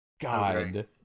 God